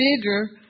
bigger